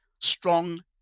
strong